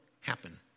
happen